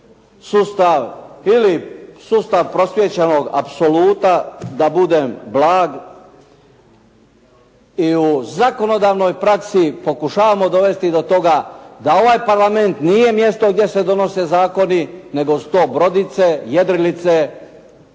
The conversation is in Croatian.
sustav ili sustav prosvijećenog apsoluta, da budem blag, i u zakonodavnoj praksi pokušavamo dovesti do toga da ovaj Parlament nije mjesto gdje se donose zakoni nego su to brodice, jedrilice